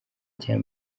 cya